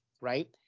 right